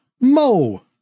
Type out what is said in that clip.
Mo